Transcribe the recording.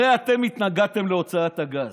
הרי אתם התנגדתם להוצאת הגז.